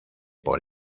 por